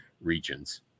regions